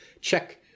check